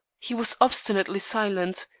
he was obstinately silent,